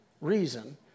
reason